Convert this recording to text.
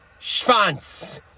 Schwanz